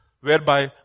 whereby